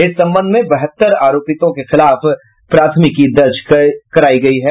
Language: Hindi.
इस संबंध में बहत्तर आरोपितों के खिलाफ प्राथमिकी दर्ज करायी गयी है